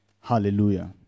Hallelujah